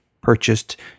purchased